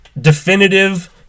definitive